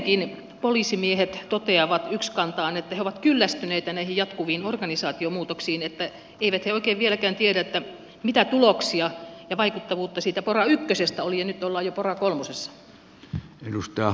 muutenkin poliisimiehet toteavat ykskantaan että he ovat kyllästyneitä näihin jatkuviin organisaatiomuutoksiin että eivät he oikein vieläkään tiedä mitä tuloksia ja vaikuttavuutta siitä pora ykkösestä oli ja nyt ollaan jo pora kolmosessa